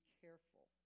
careful